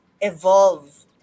evolve